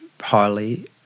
highly